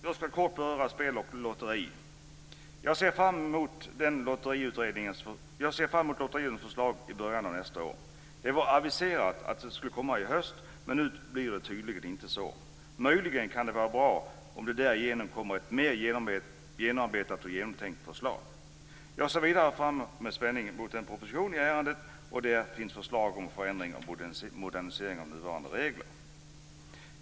Jag ska kort beröra spel och lotterier. Jag ser fram emot Lotteriutredningens förslag i början av nästa år. Det var aviserat att förslag skulle komma i höst, men nu blir det tydligen inte så. Möjligen kan det vara bra om det därigenom kommer ett mer genomarbetat och genomtänkt förslag. Senare ser jag med spänning fram emot en proposition i detta ärende där det finns förslag om förändring och modernisering av nuvarande regler.